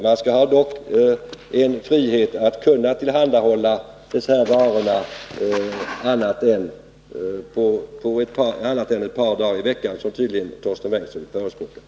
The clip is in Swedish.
Man skall dock ha en frihet att tillhandahålla dessa varor mer än ett par dagar i veckan, som Torsten Bengtson tydligen förespråkar.